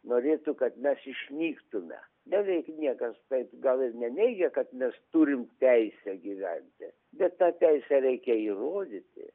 norėtų kad mes išnyktume beveik niekas taip gal ir neneigia kad mes turim teisę gyventi bet tą teisę reikia įrodyti